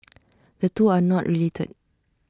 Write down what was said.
the two are not related